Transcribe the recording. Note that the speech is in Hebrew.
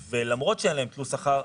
למרות שאין להם תלוש שכר,